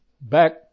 back